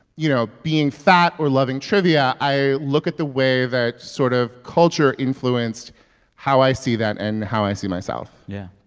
you know, being fat or loving trivia, i look at the way that sort of culture influenced how i see that and how i see myself yeah.